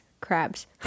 crabs